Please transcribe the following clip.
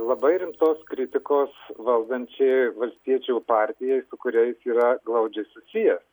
labai rimtos kritikos valdančiajai valstiečių partijai su kuria jis yra glaudžiai susijęs